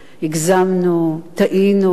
הגזמנו, טעינו,